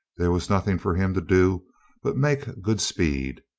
there was nothing for him to do but make good speed.